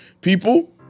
people